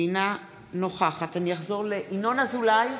אינה נוכחת ינון אזולאי,